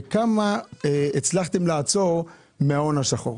וכמה הצלחתם לעצור מההון השחור?